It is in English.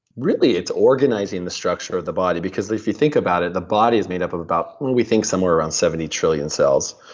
really, it's organizing the structure of the body, because if you think about it, the body is made up of about, we think somewhere around seventy trillion cells,